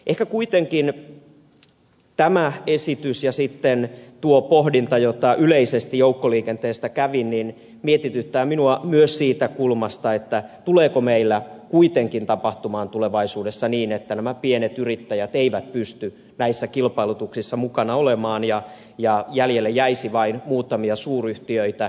ehkä kuitenkin tämä esitys ja sitten tuo pohdinta jota yleisesti joukkoliikenteestä kävin mietityttää minua myös siitä näkökulmasta tuleeko meillä kuitenkin tapahtumaan tulevaisuudessa niin että nämä pienet yrittäjät eivät pysty näissä kilpailutuksissa mukana olemaan ja jäljelle jäisi vain muutamia suuryhtiöitä